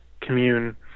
commune